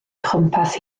chwmpas